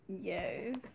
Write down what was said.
Yes